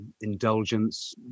indulgence